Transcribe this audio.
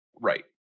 right